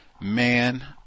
Man